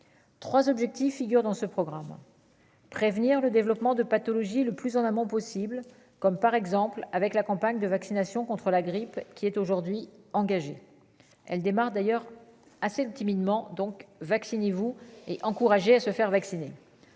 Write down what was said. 19 3 objectifs figurent dans ce programme, prévenir le développement de pathologies le plus en amont possible, comme par exemple avec la campagne de vaccination contre la grippe, qui est aujourd'hui engagée, elle démarre d'ailleurs assez timidement donc vaccinez-vous et encouragé à se faire vacciner,